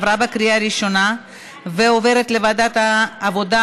לוועדת העבודה,